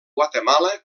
guatemala